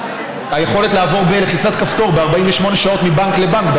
היכולת לעבור בלחיצת כפתור ב-48 שעות מבנק לבנק,